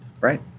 Right